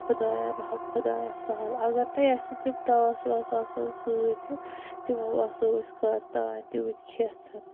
خۄدایا رٔحَم خۄدایا سہل اَگَر نے اَسہِ تِم ٹاس واس آسہٕ ہان سۭتۍ تِمو آسہو أسۍ کَر تانۍ نِمٕتۍ کیٚتھ